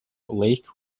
lake